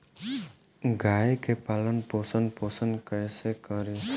गाय के पालन पोषण पोषण कैसे करी?